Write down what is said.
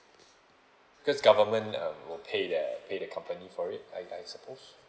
cause government um will pay that pay the company for it I suppose